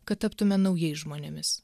kad taptume naujais žmonėmis